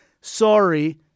Sorry